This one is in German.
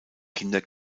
kinder